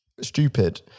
stupid